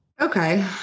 Okay